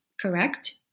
correct